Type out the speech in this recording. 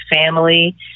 family